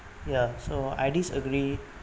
ya so I disagree